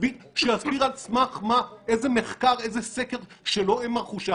שיסביר על סמך איזה מחקר או איזה סקר שלא הם ערכו.